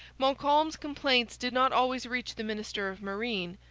montcalm's complaints did not always reach the minister of marine,